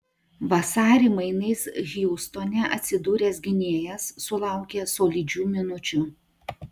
vasarį mainais hjustone atsidūręs gynėjas sulaukė solidžių minučių